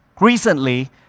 recently